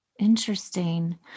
Interesting